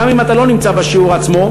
גם אם אתה לא נמצא בשיעור עצמו.